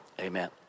Amen